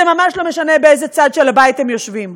זה ממש לא משנה באיזה צד של הבית הם יושבים.